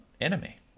enemy